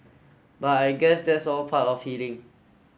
but I guess that's all part of healing